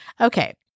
Okay